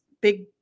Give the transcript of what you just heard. big